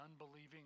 unbelieving